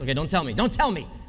and don't tell me. don't tell me!